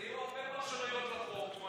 אז יהיו הרבה פרשנויות לחוק.